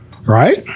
Right